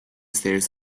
stairs